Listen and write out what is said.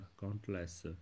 countless